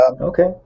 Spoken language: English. okay